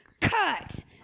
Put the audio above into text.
cut